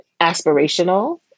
aspirational